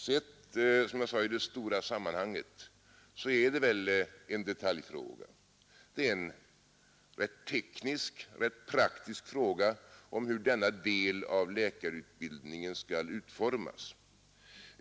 Sett, som jag sade, i det stora sammanhanget är det väl en detaljfråga. Det är en rätt teknisk och praktisk fråga om hur denna del av läkarutbildningen skall utformas.